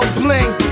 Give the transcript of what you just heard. bling